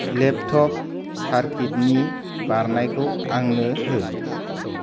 laptop सारकिटनि बारनायखौ आंनो हो